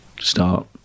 start